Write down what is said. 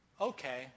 okay